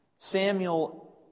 Samuel